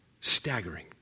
Staggering